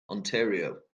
ontario